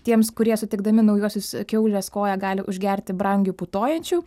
tiems kurie sutikdami naujuosius kiaulės koją gali užgerti brangiu putojančiu